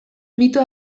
mito